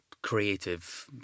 creative